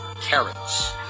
carrots